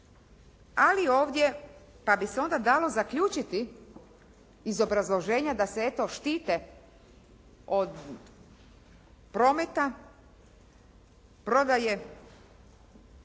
ali ovdje, pa bi se onda dalo zaključiti iz obrazloženja da se eto štite od prometa, prodaje